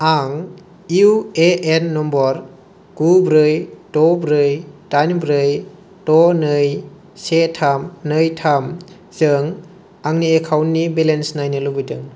आं एउ ए एन नम्बर गु ब्रै ड' ब्रै डाइन ब्रै ड' नै से थाम नै थामजों आंनि एकाउन्टनि बेलेन्स नायनो लुबैदों